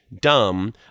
dumb